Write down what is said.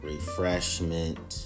Refreshment